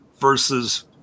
versus